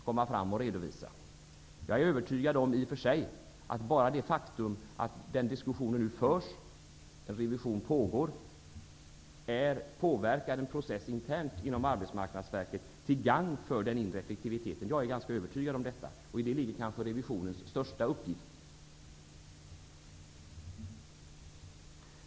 Jag är i och för sig övertygad om att bara det faktum att denna diskussion nu förs och att en revision pågår, påverkar en intern process inom Arbetsmarknadsverket till gagn för den inre effektivteten. Detta är jag ganska övertygad om. I detta ligger kanske revisionens största uppgift.